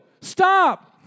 Stop